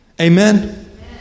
Amen